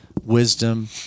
wisdom